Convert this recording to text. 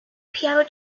piano